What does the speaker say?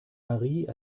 marie